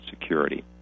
security